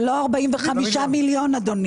זה לא 45 מיליון, אדוני.